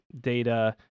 data